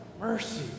mercy